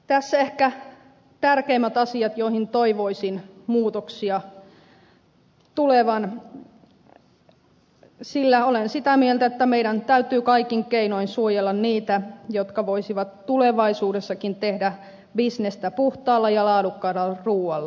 tässä ehkä tärkeimmät asiat joihin toivoisin muutoksia tulevan sillä olen sitä mieltä että meidän täytyy kaikin keinoin suojella niitä jotka voisivat tulevaisuudessakin tehdä bisnestä puhtaalla ja laadukkaalla ruualla